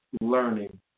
learning